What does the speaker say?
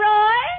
Roy